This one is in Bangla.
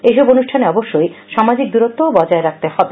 এইসব অনুষ্ঠানে অবশ্যই সামাজিক দুরত্ব বজায় রাখতে হবে